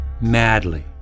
madly